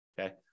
Okay